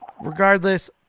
regardless